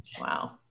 Wow